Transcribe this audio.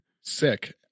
sick